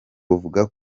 buvuga